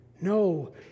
No